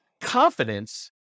confidence